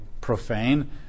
profane